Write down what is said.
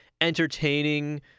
entertaining